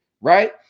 right